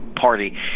Party